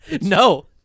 no